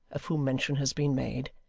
of whom mention has been made,